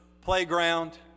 playground